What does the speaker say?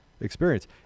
experience